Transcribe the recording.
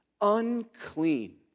unclean